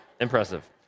impressive